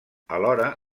alhora